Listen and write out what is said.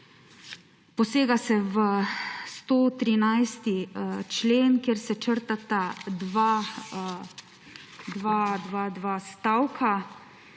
posega se v 113. člen, kjer se črtata dva stavka,